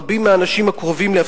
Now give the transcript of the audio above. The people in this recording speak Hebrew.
רבים מהאנשים הקרובים לי,